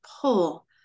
pull